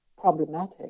problematic